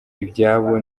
ibyabo